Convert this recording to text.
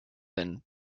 than